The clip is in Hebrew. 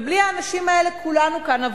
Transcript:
בלי האנשים האלה, כולנו כאן אבודים.